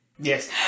Yes